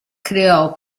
creò